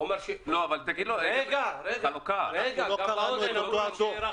אנחנו לא קראנו את אותו הדוח.